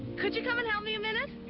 could you come and help me a minute?